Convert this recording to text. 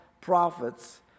prophets